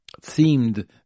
seemed